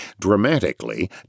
Dramatically